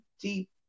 Deep